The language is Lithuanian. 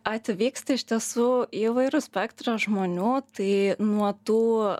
atvyksta iš tiesų įvairus spektras žmonių tai nuo tų